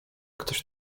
ktoś